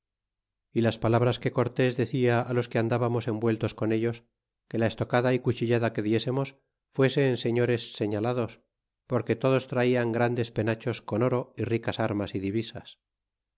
y las palabras que cortés decia los que andábamos envueltos con ellos que la estocada y cuchillada que diésemos fuese en señores señalados porque todos traian grandes penachos con oro y ricas armas y divisas